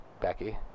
Becky